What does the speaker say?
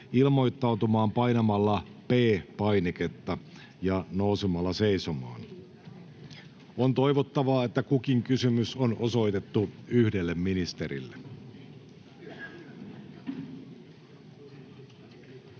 ilmoittautumaan painamalla P-painiketta ja nousemalla seisomaan. On toivottavaa, että kukin kysymys on osoitettu yhdelle ministerille.